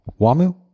Wamu